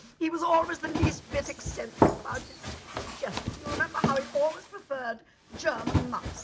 he was always the least bit eccentric about his digestion you remember how he always preferred german mutton.